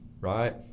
right